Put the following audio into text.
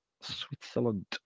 switzerland